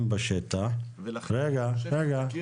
בשטח -- ולכן אני חושב שאני מכיר